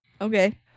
Okay